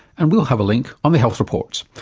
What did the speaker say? and we'll have a link on the health report.